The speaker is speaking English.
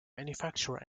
manufacturer